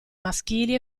maschili